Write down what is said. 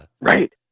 Right